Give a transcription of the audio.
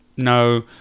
no